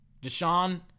Deshaun